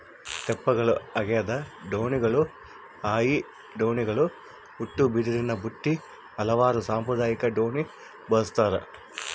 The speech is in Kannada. ತೆಪ್ಪಗಳು ಹಗೆದ ದೋಣಿಗಳು ಹಾಯಿ ದೋಣಿಗಳು ಉಟ್ಟುಬಿದಿರಿನಬುಟ್ಟಿ ಹಲವಾರು ಸಾಂಪ್ರದಾಯಿಕ ದೋಣಿ ಬಳಸ್ತಾರ